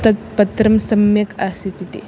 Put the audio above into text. तत् पत्रं सम्यक् आसीत् इति